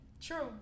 True